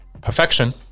Perfection